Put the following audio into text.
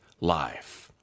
life